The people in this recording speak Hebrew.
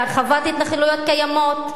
להרחבת התנחלויות קיימות.